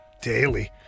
Daily